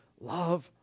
love